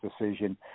decision